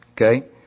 Okay